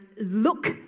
look